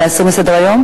להסיר מסדר-היום?